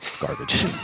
garbage